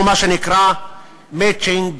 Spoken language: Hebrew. מה שנקרא מצ'ינג